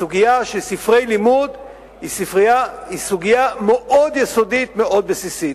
הסוגיה של ספרי לימוד היא סוגיה מאוד יסודית ומאוד בסיסית.